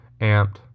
amped